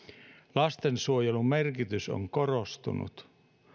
lastensuojelun merkitys on korostunut